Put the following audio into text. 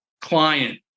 Client